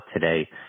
today